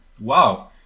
Wow